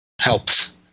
Helps